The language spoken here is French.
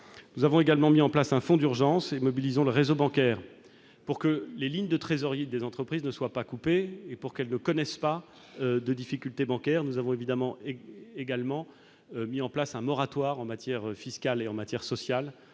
Nous avons également mis en place un fonds d'urgence et mobilisons le réseau bancaire pour que les lignes de trésorerie des entreprises ne soient pas coupées et pour que ces dernières ne connaissent pas de difficultés bancaires. Nous avons en outre mis en place un moratoire en matière fiscale et sociale